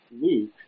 Luke